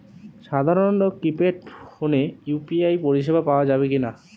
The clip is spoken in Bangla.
সাধারণ কিপেড ফোনে ইউ.পি.আই পরিসেবা পাওয়া যাবে কিনা?